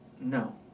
No